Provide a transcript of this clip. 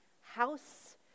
house